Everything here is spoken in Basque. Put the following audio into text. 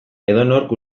edonork